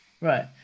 Right